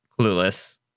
clueless